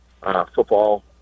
football